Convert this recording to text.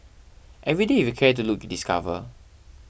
every day if you care to look discover